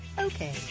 Okay